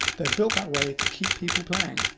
they're built that way to keep people playing.